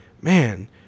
man